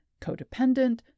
codependent